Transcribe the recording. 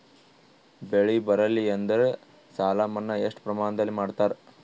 ಬೆಳಿ ಬರಲ್ಲಿ ಎಂದರ ಸಾಲ ಮನ್ನಾ ಎಷ್ಟು ಪ್ರಮಾಣದಲ್ಲಿ ಮಾಡತಾರ?